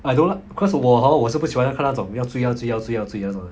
I don't like cause 我 hor 我是不喜欢看那种要追要追要追要追那种